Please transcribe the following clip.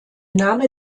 name